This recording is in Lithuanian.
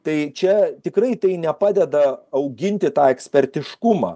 tai čia tikrai tai nepadeda auginti tą ekspertiškumą